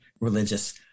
religious